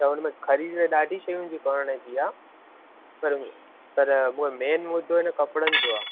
त हुनमें ख़रीद ॾाढी शयुनि जी करण जी आहे पर पर मुंहिंजे मेन मुदो हिन कपिड़नि जो आहे